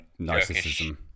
narcissism